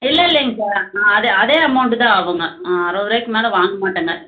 இல்லை இல்லைங்க சார் நா அது அதே அமௌண்ட் தான் ஆகுங்க அறுபதுருவாய்க்கு மேலே வாங்க மாட்டேங்க